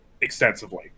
extensively